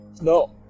no